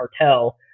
cartel